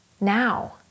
now